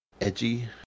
edgy